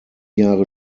jahre